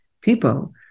people